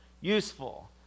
useful